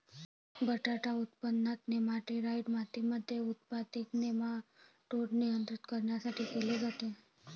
बटाटा उत्पादनात, नेमाटीसाईड मातीमध्ये उत्पादित नेमाटोड नियंत्रित करण्यासाठी केले जाते